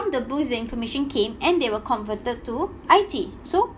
from the books the information came and they were converted to I_T so